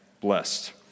blessed